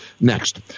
Next